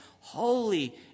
holy